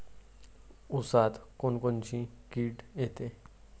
ऊसात कोनकोनची किड येते?